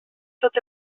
tot